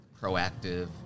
proactive